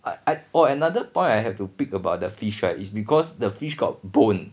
I I or another point I have to pick about the fish right is because the fish got bone